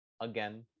again